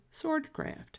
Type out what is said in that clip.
swordcraft